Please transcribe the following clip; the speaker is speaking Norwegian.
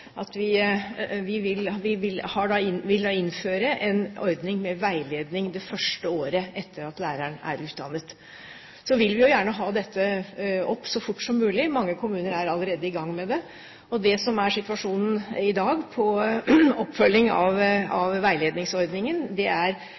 vi vil innføre en ordning med veiledning det første året etter at læreren er utdannet. Vi vil jo gjerne ha dette opp så fort som mulig. Mange kommuner er allerede i gang med det. Det som er situasjonen i dag når det gjelder oppfølging av